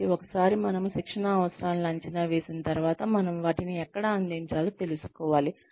కాబట్టి ఒకసారి మనము శిక్షణ అవసరాలను అంచనా వేసిన తరువాత మనము వాటిని ఎక్కడ అందించాలో తెలుసుకోవాలి